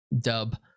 dub